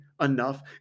enough